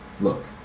Look